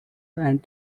and